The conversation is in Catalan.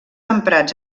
emprats